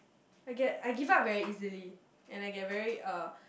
I get I give up very easily and I get very uh